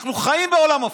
אנחנו חיים בעולם הפוך: